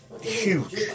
Huge